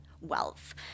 wealth